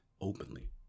openly